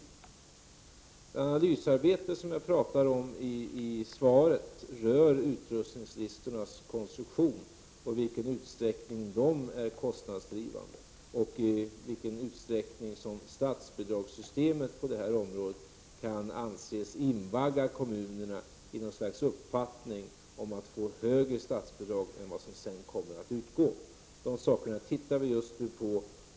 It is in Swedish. Det analysarbete som jag talar om i svaret rör utrustningslistornas konstruktion, i vilken utsträckning de är kostnadsdrivande och i vilken utsträckning som statsbidragssystemet på detta område kan anses invagga kommunerna i något slags uppfattning om att få högre statsbidrag än vad som sedan kommer att utgå. De sakerna tittar vi just nu på.